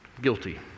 guilty